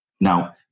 Now